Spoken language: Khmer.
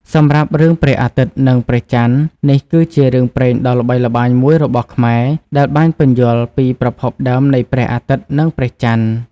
សម្រាប់ រឿងព្រះអាទិត្យនិងព្រះចន្ទនេះគឺជារឿងព្រេងដ៏ល្បីល្បាញមួយរបស់ខ្មែរ ដែលបានពន្យល់ពីប្រភពដើមនៃព្រះអាទិត្យនិងព្រះចន្ទ។